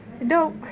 nope